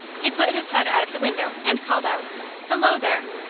he put his head out of the window and called out hello, there!